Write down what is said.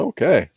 Okay